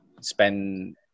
spend